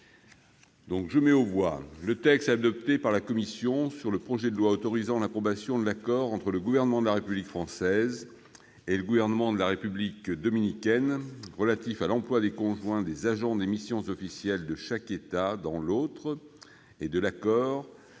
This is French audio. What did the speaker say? voix. Je mets aux voix le texte adopté par la commission sur le projet de loi, adopté par l'Assemblée nationale, autorisant l'approbation de l'accord entre le Gouvernement de la République française et le Gouvernement de la République dominicaine relatif à l'emploi des conjoints des agents des missions officielles de chaque État dans l'autre, et de l'accord